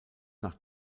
nach